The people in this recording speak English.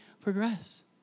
progress